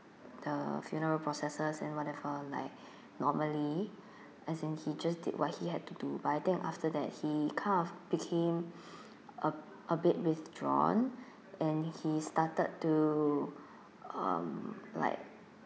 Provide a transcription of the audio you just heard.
the funeral processes and whatever like normally as in he just did what he had to do but I think after that he kind of became a a bit withdrawn and he started to um like